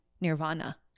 nirvana